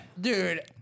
dude